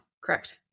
correct